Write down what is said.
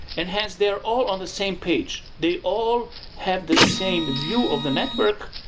and hence they're all on the same page. they all have the same view of the network,